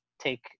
take